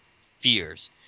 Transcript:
fears